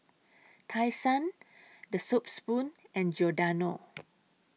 Tai Sun The Soup Spoon and Giordano